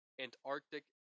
Antarctic